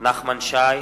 נחמן שי,